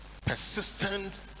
Persistent